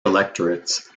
electorates